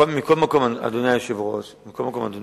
זה ברור,